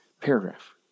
paragraph